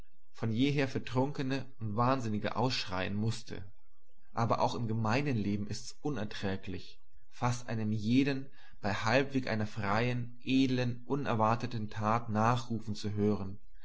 von jeher für trunkene und wahnsinnige ausschreiten mußte aber auch im gemeinen leben ist's unerträglich fast einem jeden bei halbweg einer freien edlen unerwarteten tat nachrufen zu hören